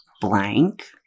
blank